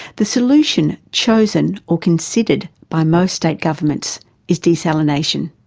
the solution chosen or considered by most state governments is desalination.